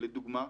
לדוגמה,